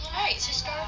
but is as well